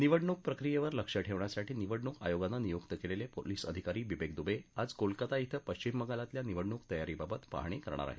निवडणूक प्रक्रियेवर लक्ष ठेवण्यासाठी निवडणूक आयोगानं नियुक्त केलेले पोलीस अधिकारी बिबेक दुबे आज कोलकाता शिं पश्चिम बंगालातल्या निवडणूक तयारीबाबत पाहणी करणार आहेत